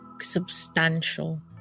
substantial